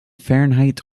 fahrenheit